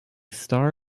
star